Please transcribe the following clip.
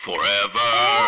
Forever